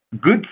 good